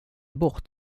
bort